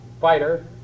fighter